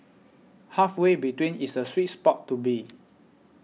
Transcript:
halfway between is the sweet spot to be